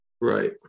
right